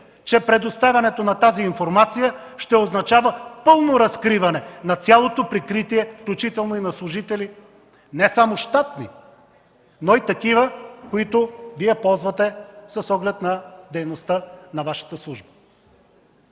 че предоставянето на тази информация ще означава пълно разкриване на цялото прикритие, включително на служители не само щатни, но и такива, които Вие ползвате с оглед дейността на Вашата служба?